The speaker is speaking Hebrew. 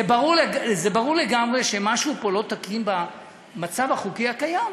זה ברור לגמרי שמשהו פה לא תקין במצב החוקי הקיים: